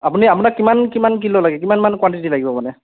আপুনি আপোনাক কিমান কিমান কিলো লাগে কিমানমান কোৱাণ্টিটি লাগিব মানে